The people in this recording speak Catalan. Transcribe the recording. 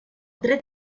tret